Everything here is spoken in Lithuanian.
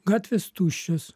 gatvės tuščios